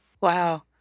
Wow